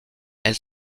elle